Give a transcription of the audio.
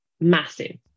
massive